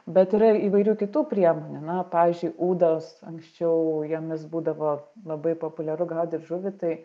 bet yra įvairių kitų priemonių na pavyzdžiui ūdos anksčiau jomis būdavo labai populiaru gaudyt žuvį tai